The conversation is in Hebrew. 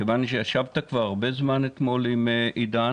כיוון שישבת כבר הרבה זמן אתמול עם עידן